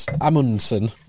Amundsen